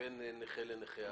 נכה לנכה,